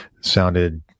Sounded